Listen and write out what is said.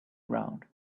ground